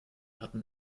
hatten